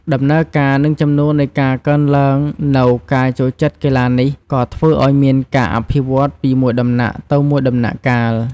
ដំណើរការនិងចំនួននៃការកើនឡើងនូវការចូលចិត្តកីឡានេះក៏ធ្វើឱ្យមានការអភិវឌ្ឍន៍ពីមួយដំណាក់ទៅមួយដំណាក់កាល។